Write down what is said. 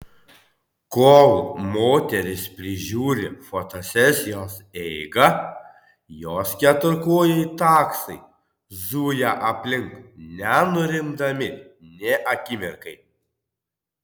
kol moteris prižiūri fotosesijos eigą jos keturkojai taksai zuja aplink nenurimdami nė akimirkai